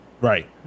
Right